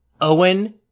Owen